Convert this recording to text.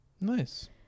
Nice